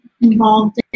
involved